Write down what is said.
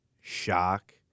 shock